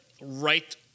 right